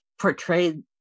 portrayed